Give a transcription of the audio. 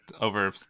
over